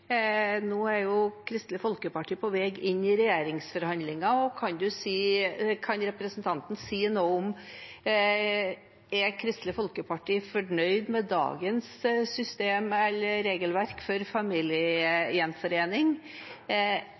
Nå er Kristelig Folkeparti på vei inn i regjeringsforhandlinger. Kan representanten Bransdal si om Kristelig Folkeparti er fornøyd med dagens system eller regelverk for familiegjenforening?